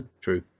True